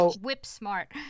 whip-smart